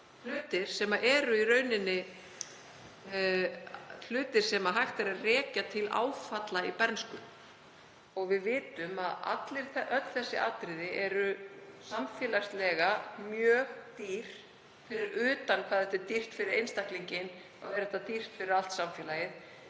hlutir sem er í rauninni hægt að rekja til áfalla í bernsku og við vitum að öll þessi atriði eru samfélagslega mjög dýr. Fyrir utan hvað það er dýrt fyrir einstaklinginn er það dýrt fyrir allt samfélagið